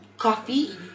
coffee